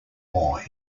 more